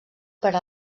per